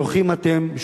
ברוכים אתם,